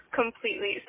completely